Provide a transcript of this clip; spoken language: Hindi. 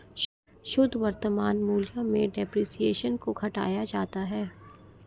शुद्ध वर्तमान मूल्य में डेप्रिसिएशन को घटाया जाता है